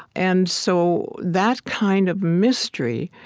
and so that kind of mystery,